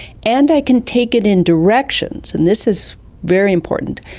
and i can take it in directions, and this is very important,